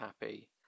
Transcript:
happy